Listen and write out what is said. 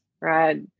right